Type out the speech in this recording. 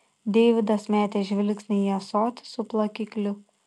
deividas metė žvilgsnį į ąsotį su plakikliu